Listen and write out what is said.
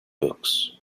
books